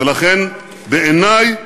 ולכן, בעיני,